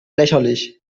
lächerlich